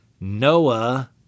Noah